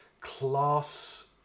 class